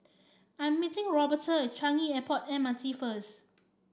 I'm meeting Roberta at Changi Airport M R T first